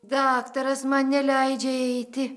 daktaras man neleidžia eiti